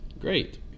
great